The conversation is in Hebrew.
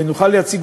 ונוכל להציג,